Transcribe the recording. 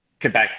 Quebec